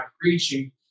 preaching